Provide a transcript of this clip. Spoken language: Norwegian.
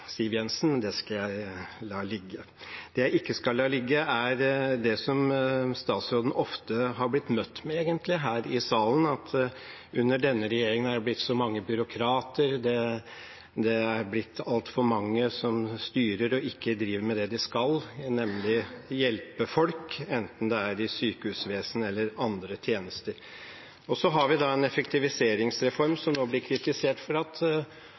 Siv Jensen. Det skal jeg la ligge. Det jeg ikke skal la ligge, er egentlig det som statsråden ofte har blitt møtt med her i salen, at det under denne regjeringen er blitt så mange byråkrater, at det er blitt altfor mange som styrer og ikke driver med det de skal, nemlig hjelpe folk, enten det er i sykehusvesenet eller andre tjenester. Så har vi en effektiviseringsreform som nå blir kritisert for at